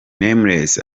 nameless